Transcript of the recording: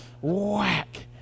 whack